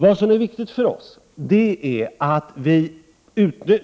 Det viktiga för oss är att vi